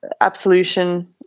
absolution